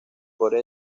pero